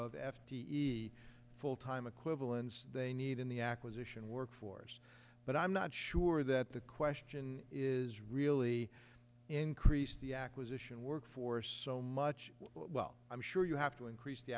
of f t e full time equivalents they need in the acquisition workforce but i'm not sure that the question is really increased the acquisition workforce so much well i'm sure you have to increase the